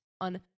on